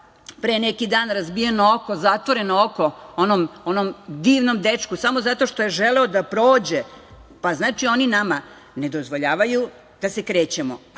pre neki dan razbijeno oko, zatvoreno oko onom divnom dečku, samo zato što je želeo da prođe. Znači, oni ne dozvoljavaju da se krećemo.